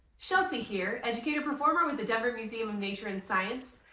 shelsea here, educator performer, with the denver museum of nature and science.